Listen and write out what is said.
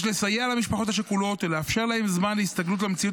יש לסייע למשפחות השכולות ולאפשר להן זמן הסתגלות למציאות